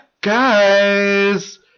guys